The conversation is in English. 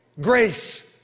grace